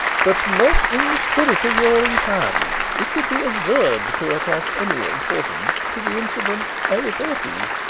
but not in the spirit of your inquiry. it would be absurd to attach any importance to the incident i refer to.